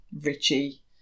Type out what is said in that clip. Richie